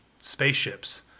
spaceships